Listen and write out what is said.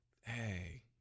Hey